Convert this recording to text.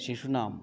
शिशूनाम्